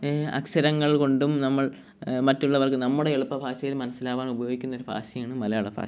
അക്ഷരങ്ങൾ കൊണ്ടും നമ്മൾ മറ്റുള്ളവർക്ക് നമ്മുടെ എളുപ്പ ഭാഷയിൽ മനസ്സിലാവാൻ ഉപയോഗിക്കുന്ന ഒരു ഭാഷയാണ് മലയാള ഭാഷ